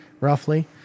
roughly